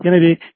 எனவே டி